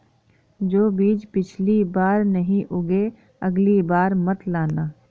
जो बीज पिछली बार नहीं उगे, अगली बार मत लाना